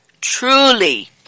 Truly